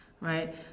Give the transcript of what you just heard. right